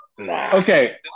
Okay